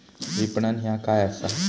विपणन ह्या काय असा?